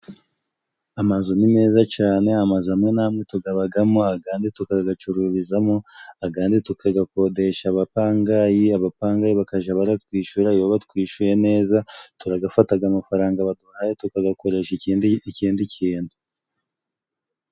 Amazu ni meza cane amazu amwe n'amwe tugabagamo , agandi tukagacururizamo , agandi tukagakodesha abapangayi , abapangayi bakaja baratwishura , iyo batwishuye neza turagafataga amafaranga baduhaye tukagakoresha ikindi ikindi kintu.